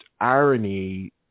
irony